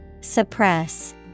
Suppress